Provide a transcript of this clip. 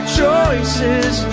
choices